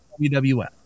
WWF